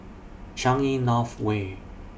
Changi North Way